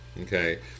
Okay